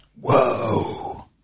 Whoa